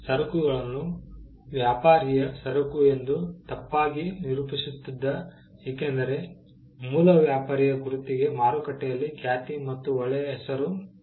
ಸರಕುಗಳನ್ನು ವ್ಯಾಪಾರಿಯ ಸರಕು ಎಂದು ತಪ್ಪಾಗಿ ನಿರೂಪಿಸುತ್ತಿದ್ದ ಏಕೆಂದರೆ ಮೂಲ ವ್ಯಾಪಾರಿಯ ಗುರುತಿಗೆ ಮಾರುಕಟ್ಟೆಯಲ್ಲಿ ಖ್ಯಾತಿ ಮತ್ತು ಒಳ್ಳೆಯ ಹೆಸರು ಇತ್ತು